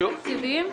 מאגף תקציבים.